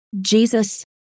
Jesus